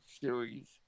Series